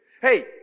Hey